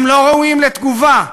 הם לא ראויים לתגובה?